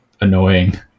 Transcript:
annoying